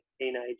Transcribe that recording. teenage